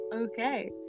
okay